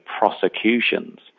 prosecutions